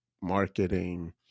marketing